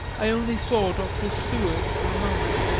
i only saw dr. seward for a moment,